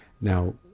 now